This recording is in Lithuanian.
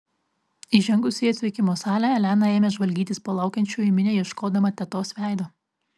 įžengusi į atvykimo salę elena ėmė žvalgytis po laukiančiųjų minią ieškodama tetos veido